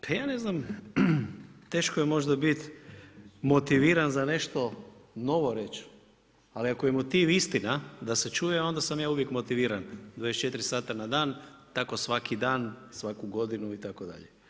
Pa ja ne znam, teško je možda biti motiviran za nešto novo reći, ali ako je motiv istina da se čuje, onda sam ja uvijek motiviran 24 sata na dan tako svaki dan, svaku godinu itd.